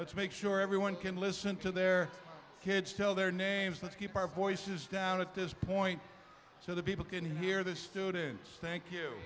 let's make sure everyone can listen to their kids tell their names let's keep our voices down at this point so that people can hear the students thank you